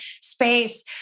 space